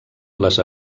les